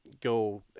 go